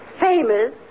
famous